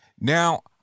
Now